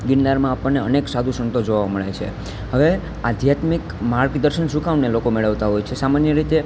ગિરનારમાં આપણને અનેક સાધુ સંતો જોવાં મળે છે હવે આધ્યાત્મિક માર્ગદર્શન શું કામ ને લોકો મેળવતાં હોય છે સામાન્ય રીતે